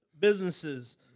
businesses